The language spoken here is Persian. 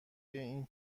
این